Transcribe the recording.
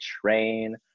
Train